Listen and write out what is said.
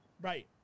Right